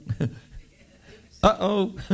uh-oh